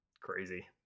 crazy